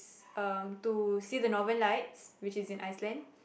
um to see the northern lights which is in Iceland